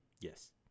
Yes